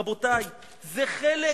רבותי, זה חלק